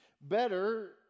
Better